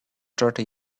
thirty